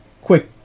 Quick